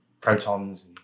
protons